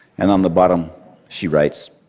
and on the bottom she writes,